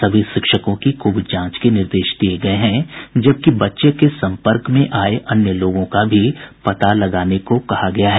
सभी शिक्षकों की कोविड जांच के निर्देश दिये गये हैं जबकि बच्चे के सम्पर्क में आये अन्य लोगों का भी पता लगाने को कहा गया है